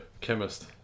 chemist